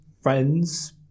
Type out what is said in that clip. Friends